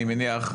אני מניח,